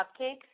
Cupcakes